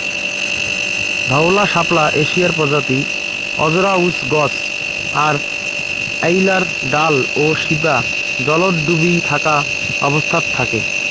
ধওলা শাপলা এশিয়ার প্রজাতি অজরায়ুজ গছ আর এ্যাইলার ডাল ও শিপা জলত ডুবি থাকা অবস্থাত থাকে